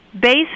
based